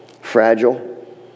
fragile